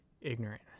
ignorant